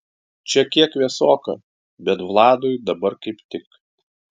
čia kiek vėsoka bet vladui dabar kaip tik